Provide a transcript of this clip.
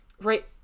right